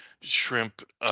shrimp